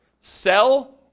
sell